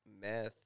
meth